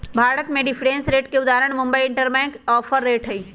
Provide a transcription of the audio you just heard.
भारत में reference rate के उदाहरण मुंबई इंटरबैंक ऑफर रेट हइ